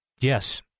Yes